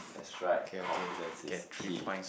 that's right confidence is key